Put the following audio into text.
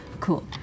cool